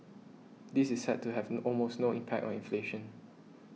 this is set to have no almost no impact on inflation